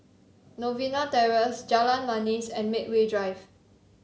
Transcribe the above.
Novena Terrace Jalan Manis and Medway Drive